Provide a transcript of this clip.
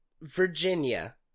Virginia